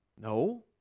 No